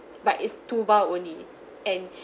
but it's two vial only and